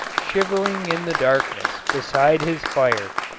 shivering in the darkness beside his fire,